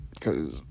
Cause